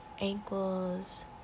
ankles